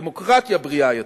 דמוקרטיה בריאה יותר.